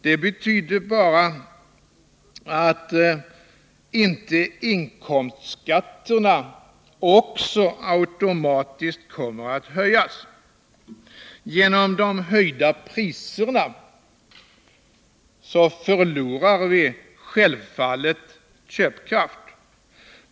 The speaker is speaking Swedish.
Det betyder bara att inte inkomstskatterna också automatiskt kommer att höjas. Genom de höjda priserna förlorar vi självfallet köpkraft.